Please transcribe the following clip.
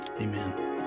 amen